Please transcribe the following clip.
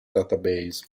database